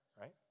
right